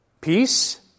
Peace